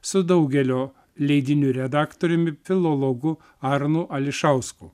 su daugelio leidinių redaktoriumi filologu arnu ališausku